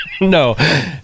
No